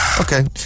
Okay